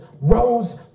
rose